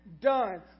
done